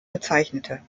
bezeichnete